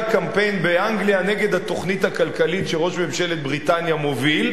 קמפיין באנגליה נגד התוכנית הכלכלית שראש ממשלת בריטניה מוביל,